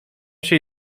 się